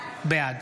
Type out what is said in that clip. בעד